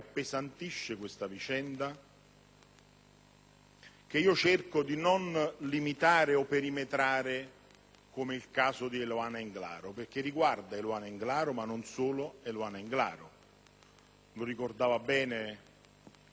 che io cerco di non limitare o perimetrare come il caso di Eluana Englaro, perché riguarda Eluana Englaro, ma non solo. Lo ricordava bene il professor Veronesi: ci sono migliaia di